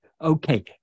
Okay